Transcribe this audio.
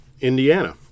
Indiana